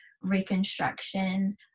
reconstruction